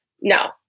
No